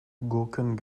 gurken